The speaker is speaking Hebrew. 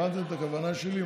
הבנתם את הכוונה שלי.